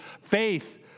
Faith